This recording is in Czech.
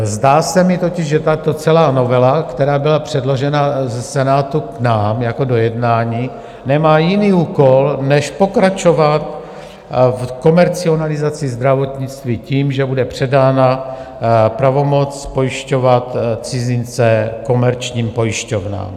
Zdá se mi totiž, že tato celá novela, která byla předložena Senátu k nám do jednání, nemá jiný úkol než pokračovat v komercializaci zdravotnictví tím, že bude předána pravomoc pojišťovat cizince komerčním pojišťovnám.